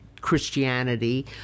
Christianity